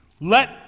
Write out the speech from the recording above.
Let